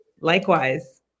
Likewise